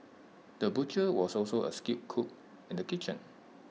the butcher was also A skilled cook in the kitchen